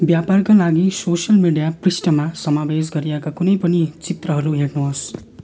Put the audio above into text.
व्यापारका लागि social media पृष्ठमा समावेश गरिएका कुनै पनि चित्रहरू हेर्नुहोस्